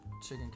Chicken